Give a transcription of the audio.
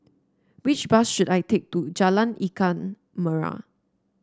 which bus should I take to Jalan Ikan Merah